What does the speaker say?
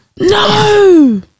No